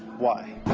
why?